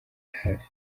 hafi